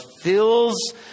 fills